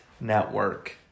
Network